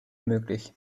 möglich